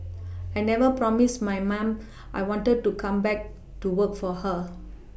I never promised my ma'am I wanted to come back to work for her